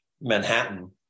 Manhattan